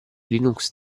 linux